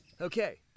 Okay